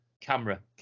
camera